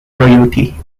royalty